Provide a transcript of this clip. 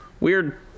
Weird